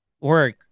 work